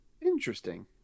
Interesting